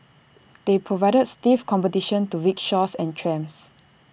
they provided stiff competition to rickshaws and trams